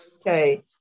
okay